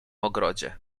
ogrodzie